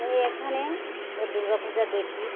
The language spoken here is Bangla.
এই এখানে ওই দুর্গাপূজা দেখি